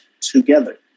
together